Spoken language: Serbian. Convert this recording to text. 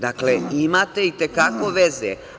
Dakle, imate i te kako veze.